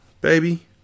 Baby